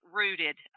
rooted